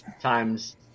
times